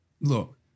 Look